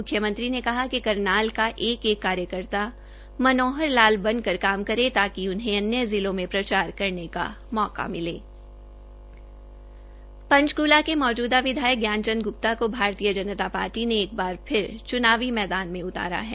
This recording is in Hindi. मुख्यमंत्री ने कहा िक करनाल का एक एक कार्यकर्ता मनोहरलाल बनकर काम करे ताकि उन्हें अन्य जिलों में प्रचार करने का मौका मिले पंचकूला के मौजूदा विधायक ज्ञान चंद ग्रप्ता को भारतीय जनता पार्टी ने एक बार फिर चुनावी मैदान में उतारा है